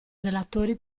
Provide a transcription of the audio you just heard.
relatori